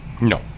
no